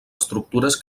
estructures